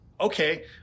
okay